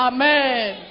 Amen